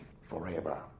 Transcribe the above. forever